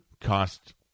cost